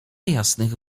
jasnych